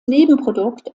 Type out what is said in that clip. nebenprodukt